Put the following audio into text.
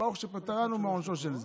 ברוך שפטרנו מעונשו של זה,